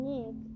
Nick